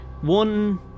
One